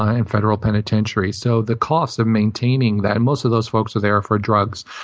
ah in federal penitentiaries. so the costs of maintaining that. most of those folks are there for drugs,